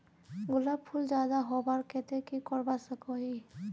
गुलाब फूल ज्यादा होबार केते की करवा सकोहो ही?